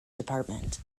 department